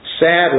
Sadly